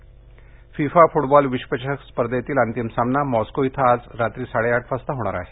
FIFA FIFA football विश्वचषक स्पर्धेतील अंतिम सामना मॉस्को इथं आज रात्री साडेआठ वाजता होणार आहे